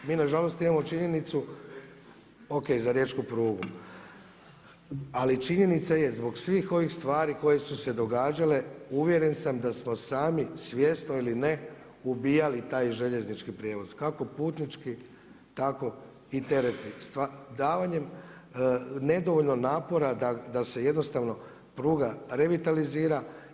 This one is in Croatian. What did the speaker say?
Mi nažalost imamo činjenicu … [[Upadica se ne razumije.]] o.k. za riječku prugu, ali činjenica je zbog svih ovih stvari koje su se događale uvjeren sam da smo sami svjesno ili ne ubijali taj željeznički prijevoz, kako putnički tako i teretni davanjem nedovoljno napora da se pruga revitalizira.